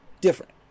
different